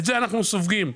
את זה אנחנו סופגים,